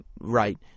right